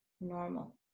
normal